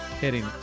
hitting